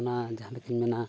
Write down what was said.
ᱚᱱᱟ ᱡᱟᱦᱟ ᱞᱮᱠᱟᱧ ᱢᱮᱱᱟ